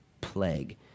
plague